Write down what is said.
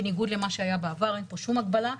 בניגוד למה שהיה בעבר, אין פה שום הגבלה.